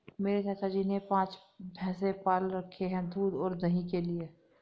मेरे चाचा जी ने पांच भैंसे पाल रखे हैं दूध और दही के लिए